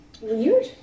weird